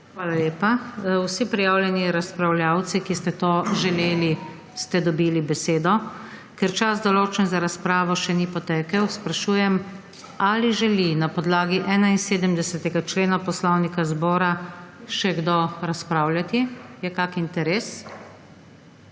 Hvala lepa. Vsi prijavljeni razpravljavci, ki ste to želeli, ste dobili besedo. Ker čas, določen za razpravo, še ni potekel, sprašujem, ali želi na podlagi 71. člena Poslovnika Državnega zbora še kdo razpravljati. Je kakšen interes?